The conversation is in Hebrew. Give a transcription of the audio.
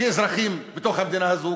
כאזרחים במדינה הזאת,